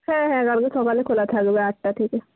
হ্যাঁ হ্যাঁ কালকে সকালে খোলা থাকবে আটটা থেকে